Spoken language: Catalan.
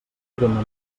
crema